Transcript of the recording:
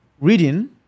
reading